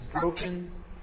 broken